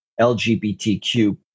LGBTQ